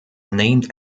named